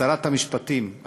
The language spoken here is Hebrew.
שרת המשפטים,